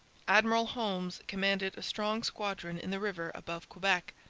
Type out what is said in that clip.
admiral holmes commanded a strong squadron in the river above quebec.